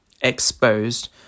exposed